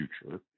future